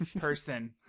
person